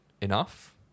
enough